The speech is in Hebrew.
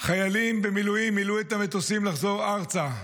חיילים במילואים מילאו את המטוסים לחזור ארצה,